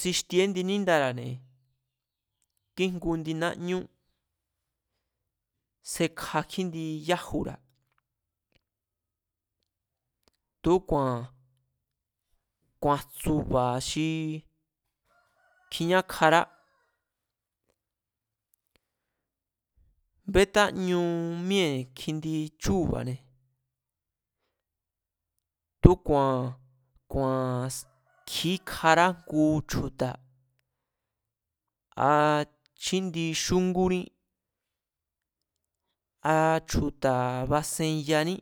xixtie índi níndara̱ne̱, kíjngu indi náñu, sekja kjíndi yájura̱ tu̱úku̱a̱n ku̱a̱n jtsu̱ba̱ xi kjiñákjará, bétáñu míée̱ kjindi chúu̱ba̱ne̱, tu̱úku̱a̱ ku̱a̱n ski̱íkjará ngu chju̱ta̱ a chjíndi xúngúní a chju̱ta̱ basenyaní